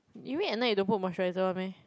you mean at night you don't put moisturiser [one] meh